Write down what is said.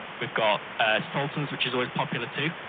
we've got sultan's which is always popular too,